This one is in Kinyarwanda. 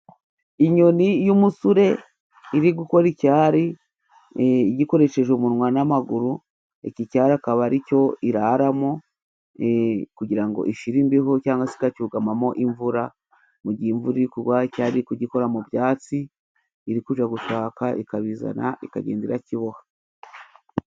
Inyoni y'umusure iri gukora icyari, igikoresheje umunwa n'amaguru iki cyari akaba aricyo iraharamo, kugira ishire imbeho cyangwa se ikugamamo imvura mu gihe imvura iri kugwa, icyari kugikora mu byatsi irikuja gushaka ikabizana ikageda irakiboha.